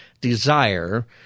desire